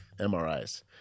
MRIs